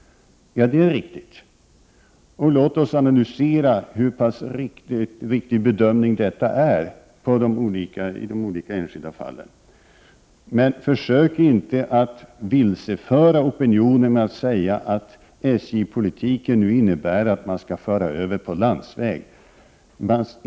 Låt oss analysera hur pass riktig denna bedömning är i de olika enskilda fallen. Men försök inte att vilseföra opinionen genom att säga att SJ:s politik innebär att man skall föra över transporter på landsvägen!